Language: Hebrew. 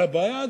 אבל הבעיה,